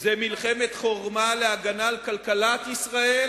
זה מלחמת חורמה להגנה על כלכלת ישראל,